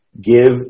give